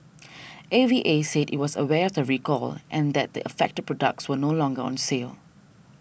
A V A said it was aware of the recall and that the affected products were no longer on sale